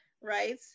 right